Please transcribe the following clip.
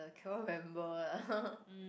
cannot remember what